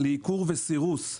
לעיקור וסירוס.